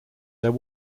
there